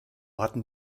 hatten